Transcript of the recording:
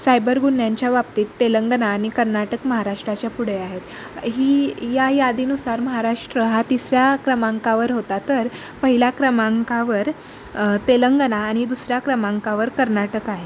cyber गुन्ह्यांच्या बाबतीत तेलंगणा आणि कर्नाटक महाराष्ट्राच्या पुढे आहेत ही या यादीनुसार महाराष्ट्र हा तिसऱ्या क्रमांकावर होता तर पहिल्या क्रमांकावर तेलंगणा आणि दुसऱ्या क्रमांकावर कर्नाटक आहे